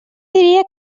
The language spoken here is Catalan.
diria